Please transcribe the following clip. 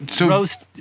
roast